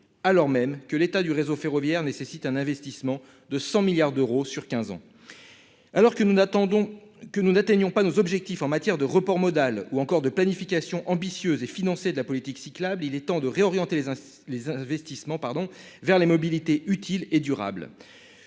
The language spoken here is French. alors même que l'état du réseau ferroviaire rend nécessaire un investissement de 100 milliards d'euros sur quinze ans. Alors que nous n'atteignons pas nos objectifs en matière de report modal ou encore de planification ambitieuse et financée de la politique cyclable, il est temps de réorienter les investissements vers les mobilités utiles et durables.